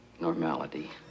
Normality